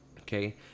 Okay